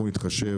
אנחנו נתחשב.